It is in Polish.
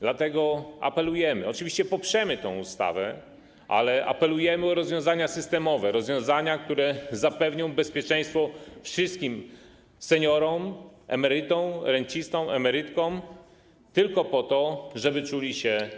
Dlatego apelujemy - oczywiście poprzemy tę ustawę - ale apelujemy o rozwiązania systemowe, rozwiązania, które zapewnią bezpieczeństwo wszystkim seniorom, emerytom, rencistom, emerytkom, tylko po to, żeby czuli się bezpiecznie.